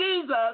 Jesus